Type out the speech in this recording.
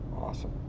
awesome